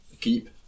keep